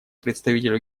представителю